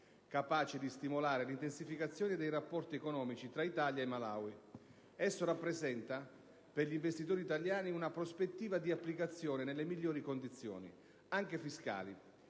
capace di stimolare l'intensificazione dei rapporti economici tra Italia e Malawi. Esso rappresenta per gli investitori italiani una prospettiva di applicazione delle migliori condizioni, anche fiscali,